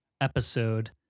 episode